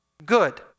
good